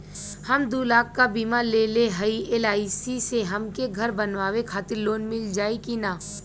हम दूलाख क बीमा लेले हई एल.आई.सी से हमके घर बनवावे खातिर लोन मिल जाई कि ना?